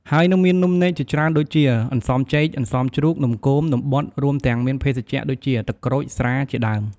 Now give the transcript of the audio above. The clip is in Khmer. ហើយនៅមាននំនេកជាច្រើនដូចជា អន្សមចេក អន្សមជ្រូក នំគម នំបត់ រួមទាំងមានភេសជ្ជៈដូចជាទឹកក្រូច ស្រាជាដើម...។